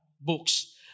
books